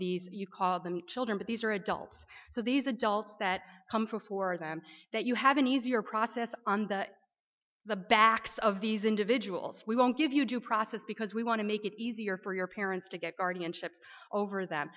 these you call them children but these are adults so these adults that come for them that you have an easier process on the backs of these individuals we won't give you due process because we want to make it easier for your parents to get guardianship over that